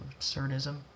absurdism